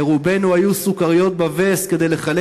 לרובנו היו סוכריות בווסט כדי לחלק